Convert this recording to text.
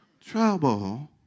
trouble